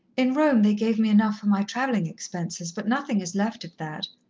in rome they gave me enough for my travelling expenses, but nothing is left of that.